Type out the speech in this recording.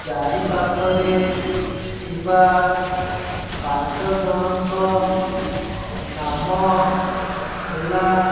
ଚାରିପାଖରେ ଥିବା ପାଞ୍ଚଜଣଙ୍କ ନାମ ହେଲା